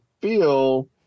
feel